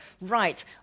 Right